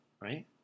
Right